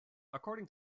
according